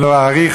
לא אאריך,